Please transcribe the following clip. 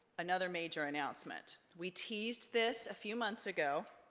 another major announcement. we teased this a few months ago.